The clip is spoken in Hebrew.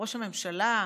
לראש הממשלה,